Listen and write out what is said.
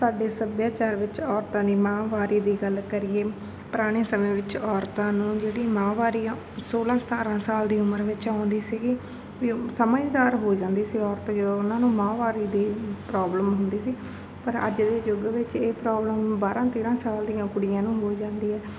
ਸਾਡੇ ਸੱਭਿਆਚਾਰ ਵਿੱਚ ਔਰਤਾਂ ਦੀ ਮਾਹਵਾਰੀ ਦੀ ਗੱਲ ਕਰੀਏ ਪੁਰਾਣੇ ਸਮੇਂ ਵਿੱਚ ਔਰਤਾਂ ਨੂੰ ਜਿਹੜੀ ਮਾਹਵਾਰੀ ਆ ਸੋਲ੍ਹਾਂ ਸਤਾਰਾਂ ਸਾਲ ਦੀ ਉਮਰ ਵਿੱਚ ਆਉਂਦੀ ਸੀਗੀ ਵੀ ਸਮਝਦਾਰ ਹੋ ਜਾਂਦੀ ਸੀ ਔਰਤ ਜਦੋਂ ਉਹਨਾਂ ਨੂੰ ਮਾਹਵਾਰੀ ਦੀ ਪ੍ਰੋਬਲਮ ਹੁੰਦੀ ਸੀ ਪਰ ਅੱਜ ਦੇ ਯੁੱਗ ਵਿੱਚ ਇਹ ਪ੍ਰੋਬਲਮ ਬਾਰਾਂ ਤੇਰ੍ਹਾਂ ਸਾਲ ਦੀਆਂ ਕੁੜੀਆਂ ਨੂੰ ਹੋ ਜਾਂਦੀ ਹੈ